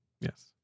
Yes